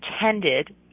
attended